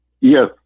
Yes